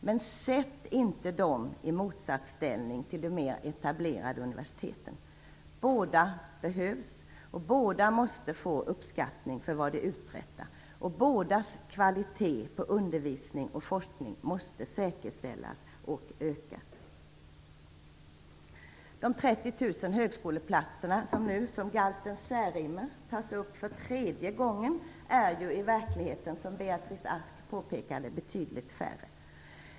Men sätt inte dem i motsatsställning till de mer etablerade universiteten. Båda behövs, båda måste få uppskattning för vad de uträttar och bådas kvalitet på undervisning och forskning måste säkerställas och ökas. De 30 000 högskoleplatserna som, precis som galten Särimner, nu tas upp för tredje gången är i verkligheten som Beatrice Ask påpekade betydligt färre.